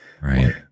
right